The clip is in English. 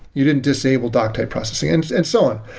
you didn't disable doc type processing, and and so on.